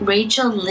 Rachel